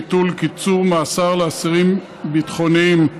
ביטול קיצור מאסר לאסירים ביטחוניים),